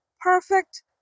perfect